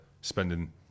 spending